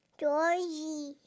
Georgie